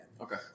Okay